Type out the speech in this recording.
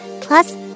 Plus